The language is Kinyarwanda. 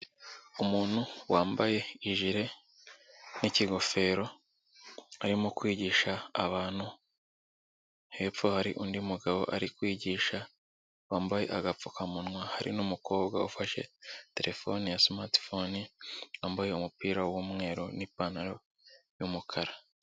Umuntu wambaye ijere n'kingofero arimo kwigisha abantu, hepfo hari undi mugabo ari kwigisha wambaye agapfukamunwa hari n'umukobwa ufashe terefone ya simatifone, yambaye umupira w'umweru n'ipantaro y'umukara.